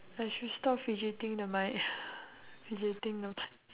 I should stop fidgeting the mic fidgeting the mic